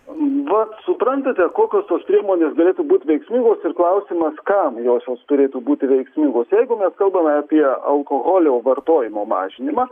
vat suprantate kokios tos priemonės galėtų būt veiksmingos ir klausimas kam jos jos turėtų būti veiksmingos jeigu mes kalbame apie alkoholio vartojimo mažinimą